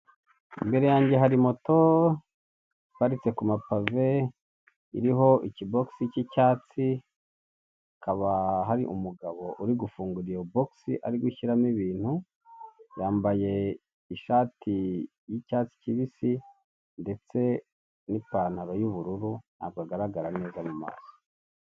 Imbere yange hari moto iparitse ku mapave, iriho ikibogisi cy'icyatsi, hakaba hari umugabo urigufungura iyo bogisi arigushyiramo ibintu, yambaye ishatsi y'icyatsi kibisi ndetse n'ipantalo y'ubururu ntabwo agaragara neza mu maso.